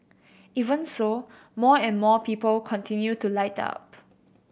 even so more and more people continue to light up